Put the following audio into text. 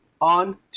on